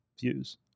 views